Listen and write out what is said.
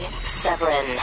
Severin